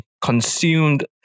consumed